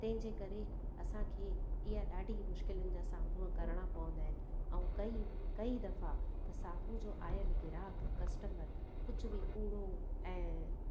तंहिंजे करे असांखे ईअ ॾाढी मुश्क़िलनि जा सामनो करणा पवंदा आहिनि ऐं कई कई दफ़ा त साम्हूं जो आयल ग्राहक कस्टमर कुझु बि कूरो ऐं